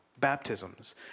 baptisms